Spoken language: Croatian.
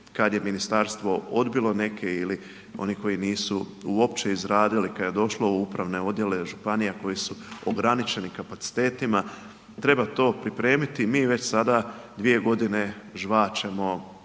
kad je ministarstvo odbilo neke ili oni koji nisu uopće izradili kad je došlo u upravne odjele, županija koje su ograničeni kapacitetima, treba to pripremiti, mi već sada dvije godine žvačemo